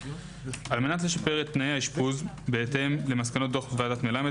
על מנת לשפר את תנאי האשפוז בהתאם למסקנות דו"ח ועדת מלמד